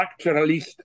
structuralist